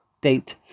Date